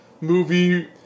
movie